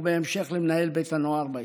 ובהמשך למנהל בית הנוער ביישוב.